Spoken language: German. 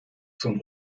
zum